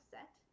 Set